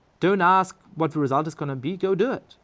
don't ask what the result is gonna be, go do it.